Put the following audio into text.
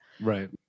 right